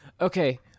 Okay